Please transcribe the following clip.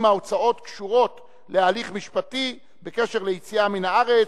אם ההוצאות קשורות להליך משפטי בקשר ליציאה מן הארץ,